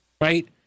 right